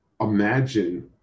Imagine